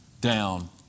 down